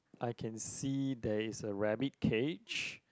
I can see there is a rabbit cage